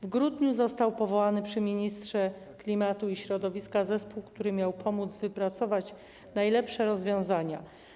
W grudniu został powołany przy ministrze klimatu i środowiska zespół, który miał pomóc wypracować najlepsze rozwiązania.